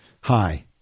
Hi